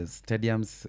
stadiums